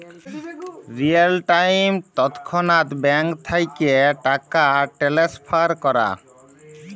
real time তৎক্ষণাৎ bank থ্যাইকে টাকা টেলেসফার ক্যরা